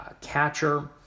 catcher